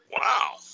Wow